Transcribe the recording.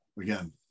again